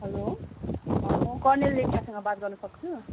hello म colonel लेप्चासँग बात गर्नसक्छु